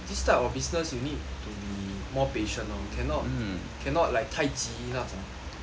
this type of business you need to be more patient orh cannot cannot like 太急那种